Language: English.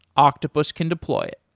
octopus can deploy it.